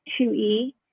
2E